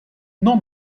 non